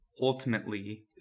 Ultimately